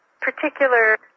particular